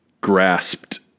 grasped